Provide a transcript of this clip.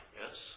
yes